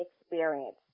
experience